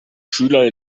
schüler